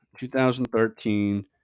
2013